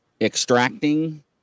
Extracting